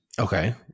Okay